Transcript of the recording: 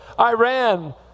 Iran